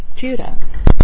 Judah